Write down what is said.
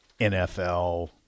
NFL